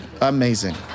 Amazing